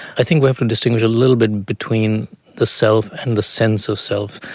i think we often distinguish a little bit between the self and the sense of self.